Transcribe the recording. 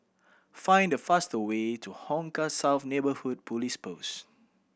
find the faster way to Hong Kah South Neighbourhood Police Post